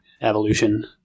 evolution